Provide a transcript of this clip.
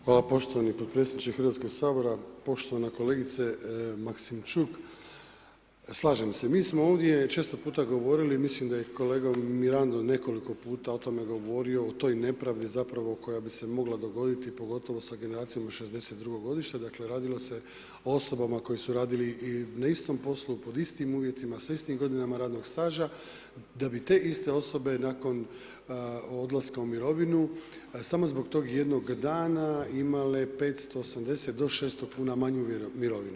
Hvala poštovani podpredsjedniče Hrvatskog sabora, poštovana kolegice Maksimčuk, slažem se mi smo ovdje često puta govorili, mislim da je i kolega Mirando nekoliko puta o tome govorio o toj nepravdi zapravo koja bi se mogla dogoditi pogotovo s generacijom od '62. godište, dakle radilo se o osobama koje su radili i na istom poslu, pod istim uvjetima sa istim godinama radnog staža, da bi te iste osobe nakon odlaska u mirovinu samo zbog tog jednog dana imale 580 do 600 kuna manju mirovinu.